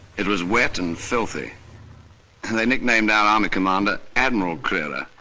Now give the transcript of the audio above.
it was wet and filthy and they nicknamed our army commander admiral kreiller.